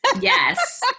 Yes